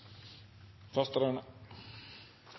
faste